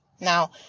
now